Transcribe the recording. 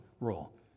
role